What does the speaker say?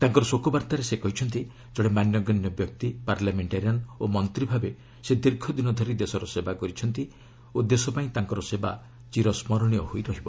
ତାଙ୍କର ଶୋକବାର୍ତ୍ତାରେ ସେ କହିଛନ୍ତି ଜଣେ ମାନ୍ୟଗଣ୍ୟ ବ୍ୟକ୍ତି ପାର୍ଲାମେଣ୍ଟାରିଆନ୍ ଓ ମନ୍ତ୍ରୀ ଭାବେ ସେ ଦୀର୍ଘ ଦିନ ଧରି ଦେଶର ସେବା କରିଛନ୍ତି ଓ ଦେଶ ପାଇଁ ତାଙ୍କ ସେବା ଚିରସ୍କରଣୀୟ ହୋଇ ରହିବ